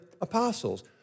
apostles